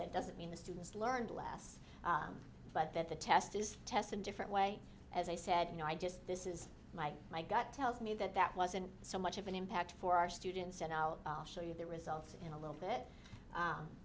that doesn't mean the students learned less but that the test is test a different way as i said no i just this is my my gut tells me that that wasn't so much of an impact for our students and i'll show you the results in a little bit